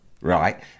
right